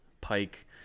pike